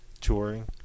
touring